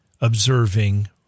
observing